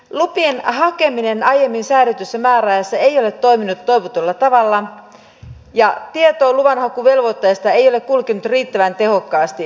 lupien hakeminen aiemmin säädetyssä määräajassa ei ole toiminut toivotulla tavalla ja tieto luvanhakuvelvoitteesta ei ole kulkenut riittävän tehokkaasti